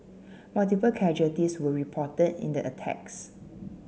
multiple casualties were reported in the attacks